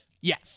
Yes